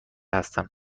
هستم